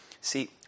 See